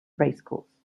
racecourse